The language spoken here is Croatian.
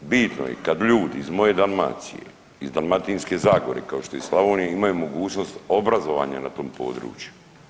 Bitno je kad ljudi iz moje Dalmacije, iz Dalmatinske zagore kao što i iz Slavonije imaju mogućnost obrazovanja na tom području.